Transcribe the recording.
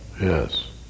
Yes